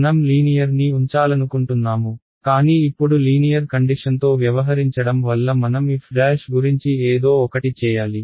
మనం లీనియర్ని ఉంచాలనుకుంటున్నాము కానీ ఇప్పుడు లీనియర్ కండిషన్తో వ్యవహరించడం వల్ల మనం f' గురించి ఏదో ఒకటి చేయాలి